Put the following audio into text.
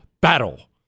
Battle